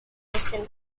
basin